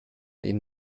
ihnen